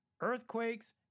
earthquakes